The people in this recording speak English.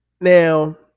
Now